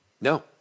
No